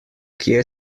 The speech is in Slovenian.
kje